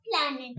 planet